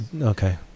okay